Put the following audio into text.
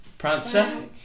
Prancer